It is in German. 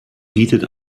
bietet